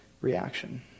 reaction